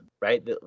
right